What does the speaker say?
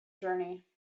journey